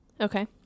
okay